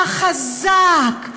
החזק,